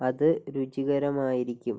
അത് രുചികരമായിരിക്കും